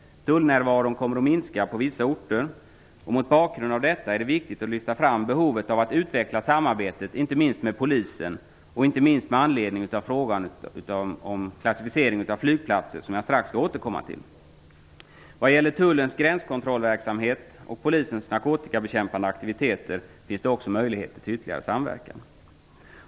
Tullnärvaron kommer att minska på vissa orter. Mot bakgrund av detta är det viktigt att lyfta fram behovet av att utveckla samarbetet med Polisen inte minst med anledning av frågan om klassificering av flygplatser som jag strax skall återkomma till. Vad gäller Tullens gränskontrollverksamhet och Polisens narkotikabekämpande aktiviteter finns det möjligheter till ytterligare samverkan.